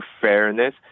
fairness